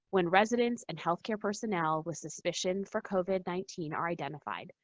when residents and healthcare personnel with suspicion for covid nineteen are identified,